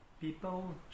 people